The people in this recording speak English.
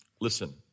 Listen